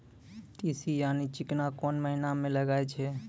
तीसी यानि चिकना कोन महिना म लगाय छै?